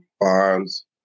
bonds